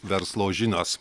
verslo žinios